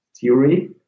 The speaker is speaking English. theory